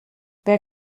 wer